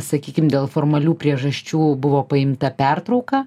sakykim dėl formalių priežasčių buvo paimta pertrauka